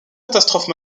catastrophe